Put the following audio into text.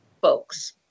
folks